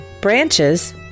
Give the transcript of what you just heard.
branches